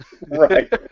Right